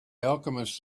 alchemist